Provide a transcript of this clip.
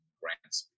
grants